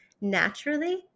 naturally